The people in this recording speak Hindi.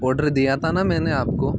ऑर्डर दिया था न मैंने आपको